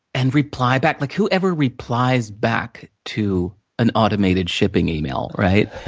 and reply back. like, who ever replies back to an automated shipping email, right?